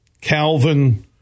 Calvin